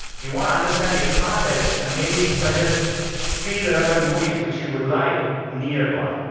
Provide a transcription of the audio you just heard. we want to understand your context and maybe suggest three relevant movies which you would like nearby.